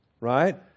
Right